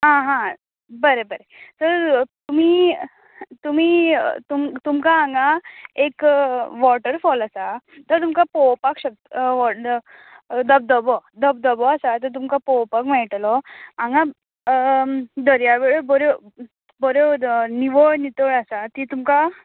आं हां बरें बरें तर तुमी तुमी तुमकां हांगा एक वॉटरफोल आसा तो तुमकां पळोवपाक शक व्हड धवधबो धबधबो आसा तो तुमकां पळोवपाक मेळटलो हांगा दर्यावेळ बर्यो बर्यो निवळ नितळ आसा ती तुमकां